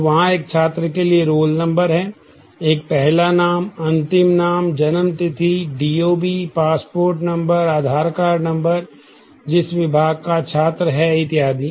तो वहाँ एक छात्र के लिए रोल नंबर है एक पहला नाम अंतिम नाम जन्म तिथि DOB passport number Aadhaar card number जिस विभाग का छात्र है इत्यादि